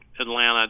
Atlanta